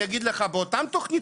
אני אגיד לך: באותה תוכנית,